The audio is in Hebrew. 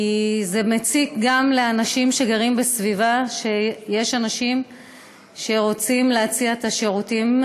כי זה מציק גם לאנשים שגרים בסביבה שיש אנשים שרוצים להציע את השירותים,